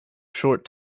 short